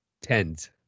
Tens